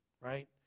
right